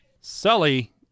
Sully